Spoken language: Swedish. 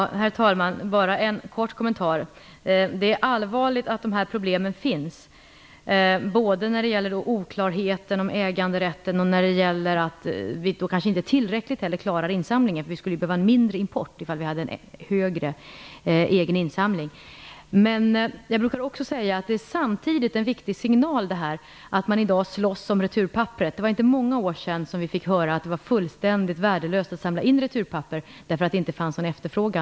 Herr talman! Jag har bara en kort kommentar. Det är allvarligt att de här problemen finns. Det gäller både oklarheter om äganderätten och att vi inte klarar insamlingen tillräckligt bra. Vi skulle ju behöva en mindre import om vi hade en högre egen insamling. Jag brukar också säga att detta att man i dag slåss om returpapper samtidigt är en viktig signal. Det var inte många år sedan som vi fick höra att det var fullständigt värdelöst att samla in returpapper därför att det inte fanns någon efterfrågan.